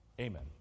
Amen